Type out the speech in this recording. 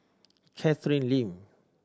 Catherine Lim